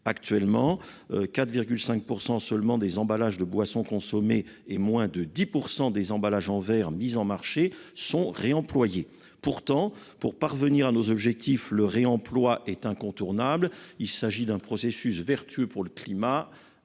Actuellement, 4,5 % seulement des emballages de boissons consommées et moins de 10 % des emballages en verre mis en marché sont réemployés. Pourtant, pour parvenir à nos objectifs, le réemploi est incontournable. Il s'agit d'un processus vertueux pour le climat